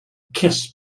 kiss